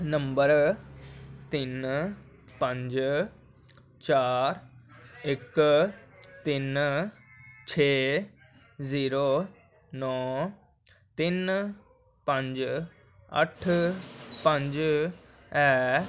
number तिन्न पंज चार इक तिन्न छेऽ जीरो नौ तिन्न पंज अट्ठ पंज ऐ